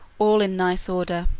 all in nice order.